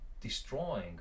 destroying